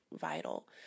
vital